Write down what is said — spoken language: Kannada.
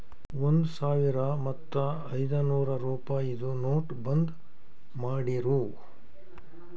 ಒಂದ್ ಸಾವಿರ ಮತ್ತ ಐಯ್ದನೂರ್ ರುಪಾಯಿದು ನೋಟ್ ಬಂದ್ ಮಾಡಿರೂ